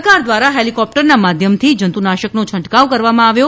સરકાર દ્વારા હેલિકોપ્ટરના માધ્યમથી જંતુનાશકનો છટકાવ કરવામાં આવ્યો